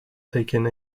taking